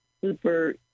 super